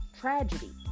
tragedy